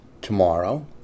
tomorrow